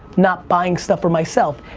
not buying stuff for myself.